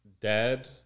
dad